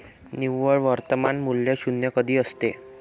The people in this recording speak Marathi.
निव्वळ वर्तमान मूल्य शून्य कधी असते?